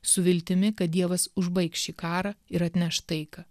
su viltimi kad dievas užbaigs šį karą ir atneš taiką